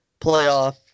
playoff